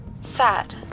Sad